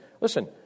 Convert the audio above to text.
listen